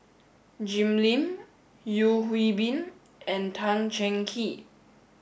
Jim Lim Yeo Hwee Bin and Tan Cheng Kee